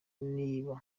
niba